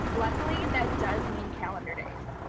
luckily that does mean calendar days.